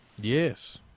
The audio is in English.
Yes